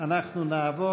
הצעת